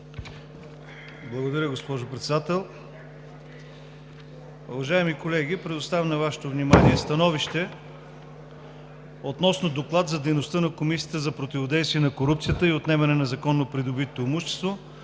Благодаря, госпожо Председател. Уважаеми колеги, предоставям на Вашето внимание: „СТАНОВИЩЕ относно Доклад за дейността на Комисията за противодействие на корупцията и за отнемане на незаконно придобитото имущество